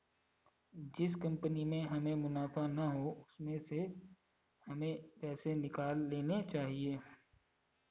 जिस कंपनी में हमें मुनाफा ना हो उसमें से हमें पैसे निकाल लेने चाहिए